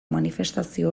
manifestazio